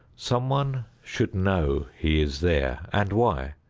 someone should know he is there and why,